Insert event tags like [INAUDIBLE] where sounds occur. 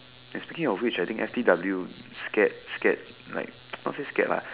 and speaking of which I think F_T_W scared scared like [NOISE] not say scared lah